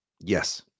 Yes